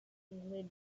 included